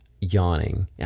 yawning